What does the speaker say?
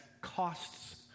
costs